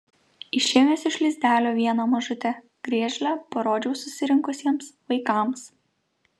išėmęs iš lizdelio vieną mažutę griežlę parodžiau susirinkusiems vaikams